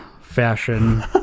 fashion